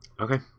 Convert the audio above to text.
Okay